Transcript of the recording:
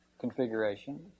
configuration